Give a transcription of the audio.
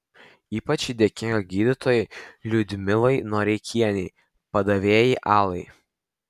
ypač ji dėkinga gydytojai liudmilai noreikienei padavėjai alai